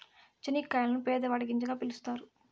చనిక్కాయలను పేదవాడి గింజగా పిలుత్తారు